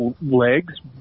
legs